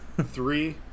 Three